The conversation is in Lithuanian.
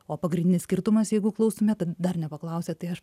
o pagrindinis skirtumas jeigu klaustumėt dar nepaklausėt tai aš